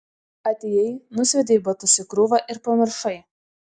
atėjai nusviedei batus į krūvą ir pamiršai